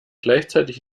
gleichzeitig